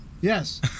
Yes